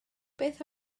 beth